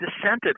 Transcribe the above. Dissented